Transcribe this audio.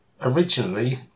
Originally